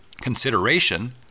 consideration